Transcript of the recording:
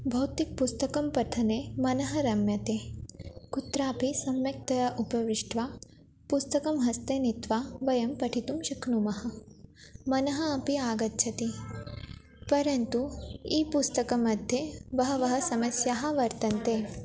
भौतिकपुस्तकपठने मनः रम्यते कुत्रापि सम्यक्तया उपविश्य पुस्तकं हस्ते नीत्वा वयं पठितुं शक्नुमः मनः अपि आगच्छति परन्तु ई पुस्तकमध्ये बह्व्यः समस्याः वर्तन्ते